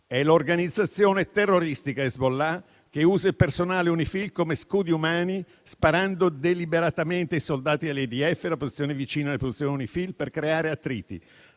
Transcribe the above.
È l'organizzazione terroristica Hezbollah che usa il personale UNIFIL come scudi umani, sparando deliberatamente ai soldati dell'IDF da posizioni vicine alle posizioni UNIFIL, per creare attriti.